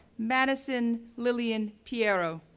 madison lillian pierro,